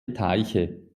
teiche